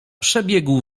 przebiegł